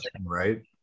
right